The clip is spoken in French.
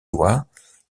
doigt